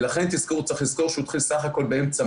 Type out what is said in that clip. ולכן צריך לזכור שהוא התחיל בסך הכול באמצע